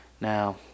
Now